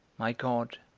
my god,